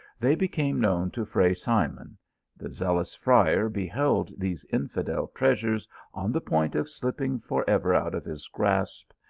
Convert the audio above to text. they became known to fray simon the zealous friar beheld these infidel treas ures on the point of slipping for ever out of his grasp,